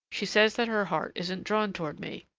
she says that her heart isn't drawn toward me.